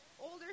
older